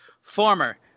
former